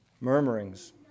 Murmurings